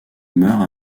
meurt